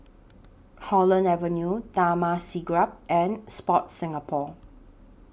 Holland Avenue Taman Siglap and Sport Singapore